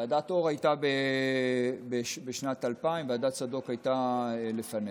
ועדת אור הייתה בשנת 2000, ועדת צדוק הייתה לפניה.